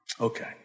Okay